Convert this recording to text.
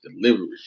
delivery